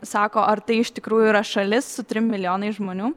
sako ar tai iš tikrųjų yra šalis su trim milijonais žmonių